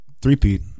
three-peat